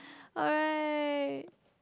alright